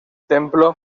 templo